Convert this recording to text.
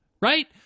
right